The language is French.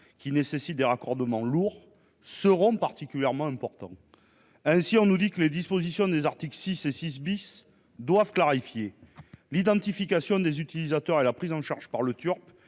qui nécessitent des raccordements lourds, sont particulièrement importants. On nous dit que les dispositions des articles 6 et 6 doivent clarifier l'identification des utilisateurs, la prise en charge par le Turpe